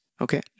Okay